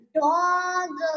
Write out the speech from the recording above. dogs